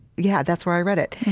yeah, that's where i read it.